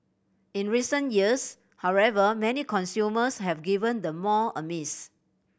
in recent years however many consumers have given the mall a miss